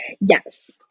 yes